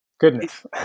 goodness